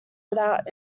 without